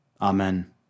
Amen